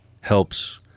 helps